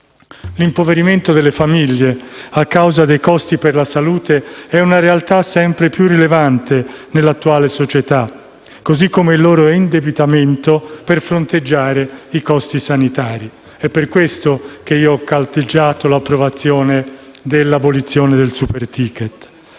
L'impoverimento delle famiglie a causa dei costi per la salute è una realtà sempre più rilevante nell'attuale società, così come lo è il loro indebitamento per fronteggiare i costi sanitari. È per questo che ho caldeggiato l'approvazione dell'abolizione del *superticket*.